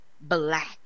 black